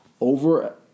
over